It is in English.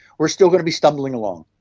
we're still going to be stumbling along.